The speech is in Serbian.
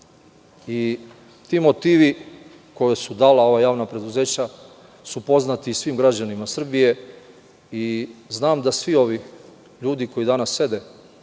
Ti motivi koje su dala ova javna preduzeća su poznati i svim građanima Srbije i znam da svi ovi ljudi koji danas sede